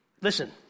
listen